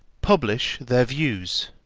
publish their views,